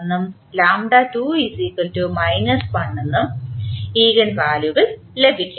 എന്നിങ്ങനെ ഈഗൻവാല്യുകൾ ലഭിക്കും